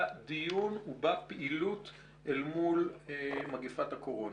בדיון ובפעילות אל מול מגפת הקורונה.